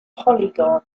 polygon